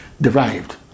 Derived